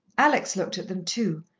alex looked at them too,